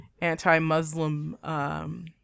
anti-Muslim